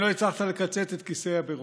לא הצלחת לקצץ את כיסי הביורוקרטיה.